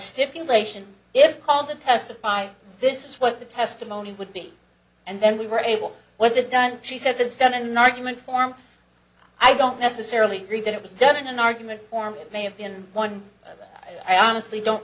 stipulation if called to testify this is what the testimony would be and then we were able was it done she says it's been an argument form i don't necessarily agree that it was done in an argument form it may have been one i honestly don't